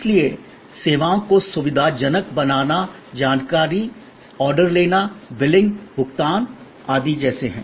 इसलिए सेवाओं को सुविधाजनक बनाना जानकारी ऑर्डर लेना बिलिंग भुगतान आदि जैसे हैं